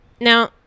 Now